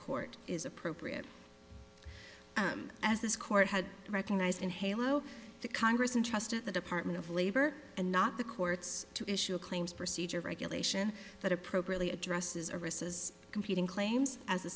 court is appropriate as this court has recognized in halo the congress and trust of the department of labor and not the courts to issue a claims procedure regulation that appropriately addresses aristos competing claims as